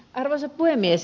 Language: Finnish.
arvoisa puhemies